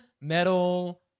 metal